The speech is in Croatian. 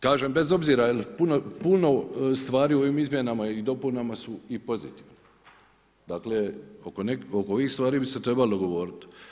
Kažem bez obzira jel puno stvari u ovim izmjenama i dopunama su i pozitivne, dakle oko ovih stvari bi se trebalo dogovoriti.